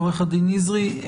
עורך הדין נזרי.